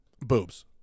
boobs